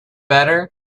better